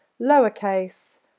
lowercase